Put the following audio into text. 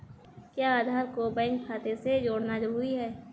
क्या आधार को बैंक खाते से जोड़ना जरूरी है?